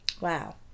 Wow